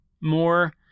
more